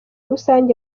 rusange